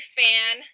fan